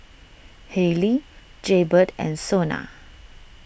Haylee Jaybird and Sona